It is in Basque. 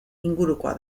ingurukoa